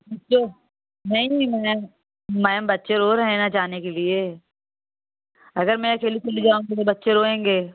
अच्छा नहीं नहीं मैम मैम बच्चे रो रहे हैं ना जाने के लिए अगर मैं अकेली चली जाऊंगी तो बच्चे रोएंगे